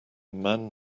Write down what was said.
man